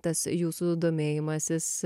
tas jūsų domėjimasis